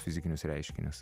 fizikinius reiškinius